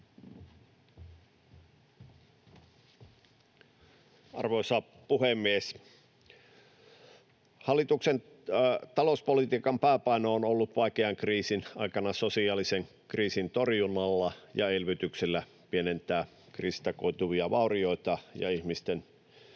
Arvoisa puhemies! Hallituksen talouspolitiikan pääpaino on vaikean kriisin aikana ollut sosiaalisen kriisin torjunnalla ja elvytyksellä pienentää kriisistä koituvia vaurioita panostamalla